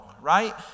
right